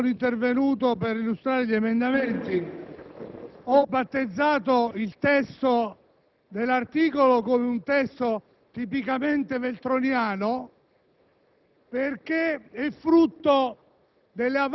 Presidente, quando sono intervenuto per illustrare gli emendamenti ho battezzato il testo dell'articolo come tipicamente veltroniano